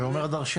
זה אומר דרשני.